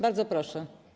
Bardzo proszę.